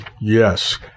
Yes